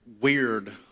weird